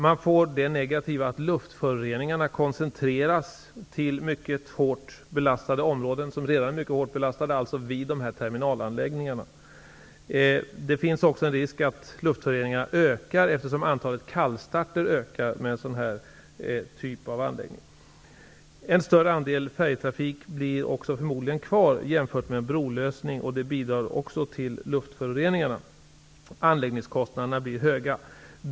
En negativ följd är att luftföroreningarna koncentreras till områden som redan är mycket hårt belastade. Det finns också risk för att luftföroreningarna ökar, eftersom antalet kallstarter ökar med en sådan här anläggning. En större andel färjetrafik blir förmodligen kvar, och det bidrar också till luftföroreningarna. Anläggningskostnaderna blir höga.